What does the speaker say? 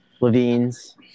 Levine's